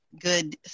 good